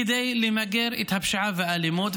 כדי למגר את הפשיעה והאלימות.